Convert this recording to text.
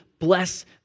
bless